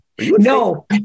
No